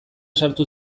sartu